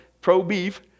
pro-beef